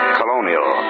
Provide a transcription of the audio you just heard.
colonial